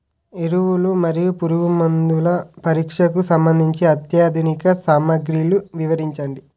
ఎరువులు మరియు పురుగుమందుల పరీక్షకు సంబంధించి అత్యాధునిక సామగ్రిలు వివరించండి?